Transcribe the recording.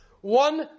One